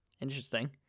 interesting